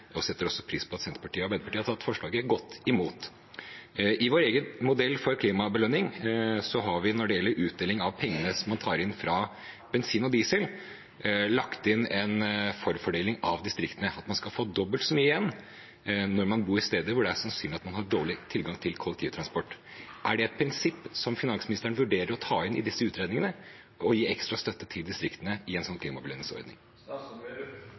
setter også pris på at Senterpartiet og Arbeiderpartiet har tatt forslaget godt imot. I vår egen modell for klimabelønning har vi når det gjelder utdeling av pengene som man tar inn fra bensin og diesel, lagt inn en forfordeling av distriktene, at man skal få dobbelt så mye igjen når man bor på steder hvor det er sannsynlig at man har dårlig tilgang til kollektivtransport. Er det et prinsipp som finansministeren vurderer å ta inn i disse utredningene, å gi ekstra støtte til distriktene